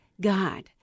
God